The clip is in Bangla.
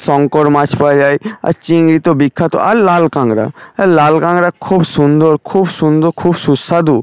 সংকর মাছ পাওয়া যায় আর চিংড়ি তো বিখ্যাত আর লাল কাঁকড়া লাল কাঁকড়া খুব সুন্দর খুব সুন্দর খুব সুস্বাদু